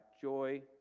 joy